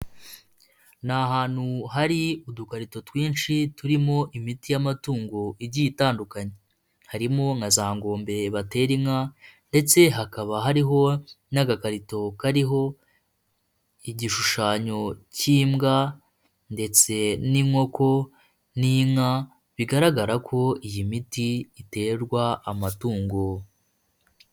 Ni ahantu hari udukarito twinshi turimo imiti y'amatungo igiye itandukanye. Harimo nka za ngombe batera inka ndetse hakaba hariho n'agakarito kariho igishushanyo cy'imbwa ndetse n'inkoko n'inka, bigaragara ko iyi miti iterwa amatungo.